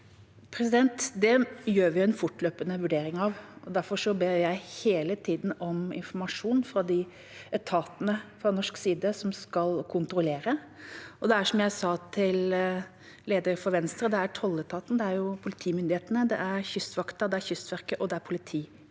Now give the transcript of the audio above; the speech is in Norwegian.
Det gjør vi en fortløpende vurdering av, og derfor ber jeg hele tida om informasjon fra de etatene, fra norsk side, som skal kontrollere. Som jeg sa til lederen for Venstre: Det er tolletaten, det er politimyndighetene, det er Kystvakten, det er Kystverket, og det er